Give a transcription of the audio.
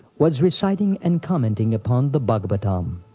was reciting and commenting upon the bhagavatam.